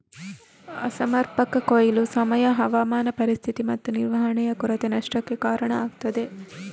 ಅಸಮರ್ಪಕ ಕೊಯ್ಲು, ಸಮಯ, ಹವಾಮಾನ ಪರಿಸ್ಥಿತಿ ಮತ್ತು ನಿರ್ವಹಣೆಯ ಕೊರತೆ ನಷ್ಟಕ್ಕೆ ಕಾರಣ ಆಗ್ತದೆ